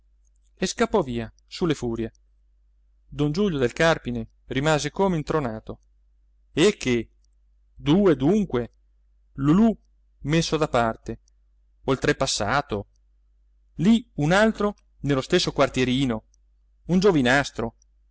sai e scappò via su le furie don giulio del carpine rimase come intronato eh che due dunque lulù messo da parte oltrepassato lì un altro nello stesso quartierino un giovinastro